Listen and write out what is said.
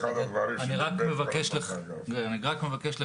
מבקש לחדד,